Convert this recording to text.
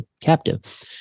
captive